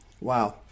Wow